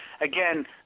again